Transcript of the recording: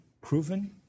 proven